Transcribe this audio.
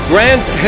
Grant